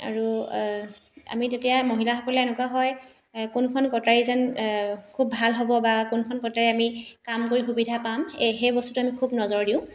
আৰু আমি তেতিয়া মহিলাসকলে এনেকুৱা হয় কোনখন কটাৰী যেন খুব ভাল হ'ব বা কোনখন কটাৰী আমি কাম কৰি সুবিধা পাম এই সেই বস্তুটো আমি খুব নজৰ দিওঁ